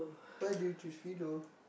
why do you choose Fiido